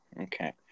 Okay